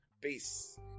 peace